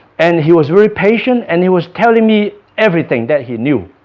and he was very patient and he was telling me everything that he knew